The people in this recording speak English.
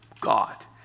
God